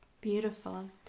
Beautiful